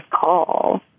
call